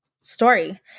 story